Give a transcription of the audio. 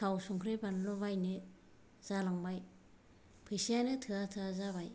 थाव संख्रि बानलु बायनो जालांबाय फैसायानो थोआ थोआ जाबाय